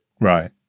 Right